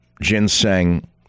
ginseng